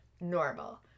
Normal